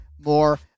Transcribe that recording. more